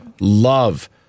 Love